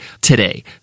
today